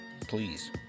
Please